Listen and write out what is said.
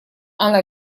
она